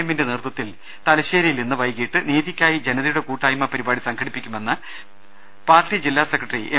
എമ്മിന്റെ നേതൃത്വത്തിൽ തലശ്ശേരിയിൽ ഇന്ന് വൈകിട്ട് നീതിക്കായി ജനതയുടെ കൂട്ടായ്മ പരിപാടി സംഘടിപ്പിക്കുമെന്ന് പാർട്ടി ജില്ലാ സെക്രട്ടറി എം